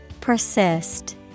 Persist